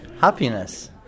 happiness